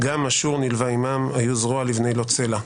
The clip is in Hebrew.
גם-אשור, נלווה עימם, היו זרוע לבני-לוט סלה.